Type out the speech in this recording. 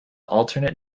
alternate